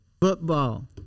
Football